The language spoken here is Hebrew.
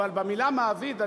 אבל במלה "מעביד",